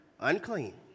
unclean